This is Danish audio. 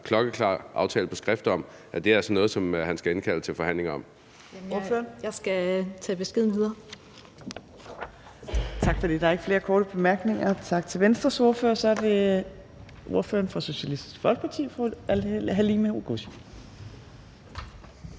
klokkeklar aftale på skrift om, at det her altså er noget, som han skal indkalde til forhandlinger om.